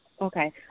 Okay